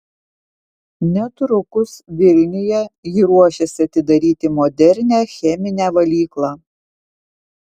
netrukus vilniuje ji ruošiasi atidaryti modernią cheminę valyklą